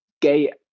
gay